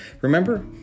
Remember